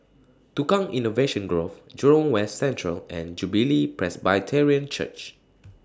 Tukang Innovation Grove Jurong West Central and Jubilee Presbyterian Church